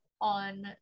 on